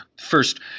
First